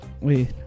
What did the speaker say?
wait